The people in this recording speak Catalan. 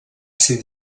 ser